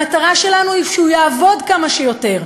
המטרה שלנו היא שהוא יעבוד כמה שיותר.